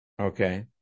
Okay